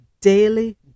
daily